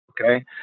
Okay